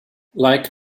like